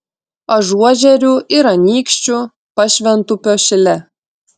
ažuožerių ir anykščių pašventupio šile